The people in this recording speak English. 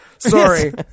Sorry